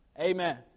Amen